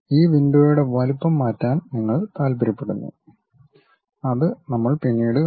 ഈ വിൻഡോയുടെ വലുപ്പം മാറ്റാൻ നിങ്ങൾ താൽപ്പര്യപ്പെടുന്നു അത് നമ്മൾ പിന്നീട് കാണും